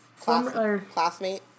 Classmate